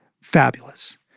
Fabulous